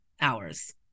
hours